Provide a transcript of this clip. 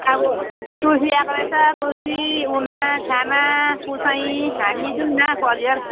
अब तुलसी आएको रहेस तुलसी उमा छ्यामा पुसाइँ हामी जाउँ न परिवार